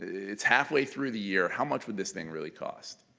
it's halfway through the year, how much would this thing really cost.